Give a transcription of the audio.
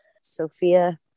Sophia